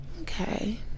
okay